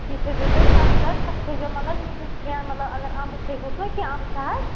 بیٚیہِ تھٔٲوزیٚو تُہۍ سَنٛگتر تَتھ تھٲوزیٚو مگر مِکٕس کھیٚن مطلب اگر اَمبہٕ تھٲوہوٗس نا کیٚنٛہہ اَمبہٕ چھا حظ